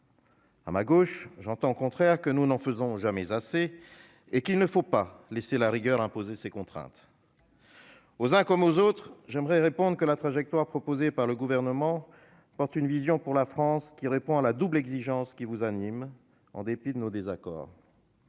côté gauche, j'entends dire au contraire que nous n'en faisons jamais assez et qu'il ne faut pas laisser la rigueur imposer ses contraintes. Aux uns comme aux autres, je répondrai que la trajectoire proposée par le Gouvernement porte une vision pour la France qui répond à la double exigence qui vous anime, en dépit de nos désaccords.